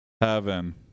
Heaven